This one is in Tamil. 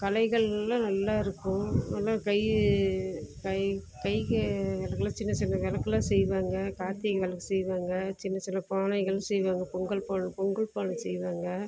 கலைகள்லாம் நல்லா இருக்கும் நல்லா கை கை கைக்கு விளக்கெல்லாம் சின்ன சின்ன விளக்கெல்லாம் செய்வாங்க கார்த்திகை விளக்கு செய்வாங்க சின்ன சின்ன பானைகள் செய்வாங்க பொங்கல் பானை பொங்கல் பானை செய்வாங்க